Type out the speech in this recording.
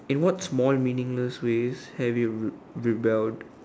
in what small meaningless ways have you rib~ rebelled